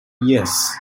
yes